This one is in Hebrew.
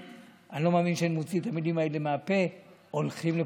אני לא מאמין שאני מוציא את המילים האלה מהפה: אנחנו הולכים לבחירות.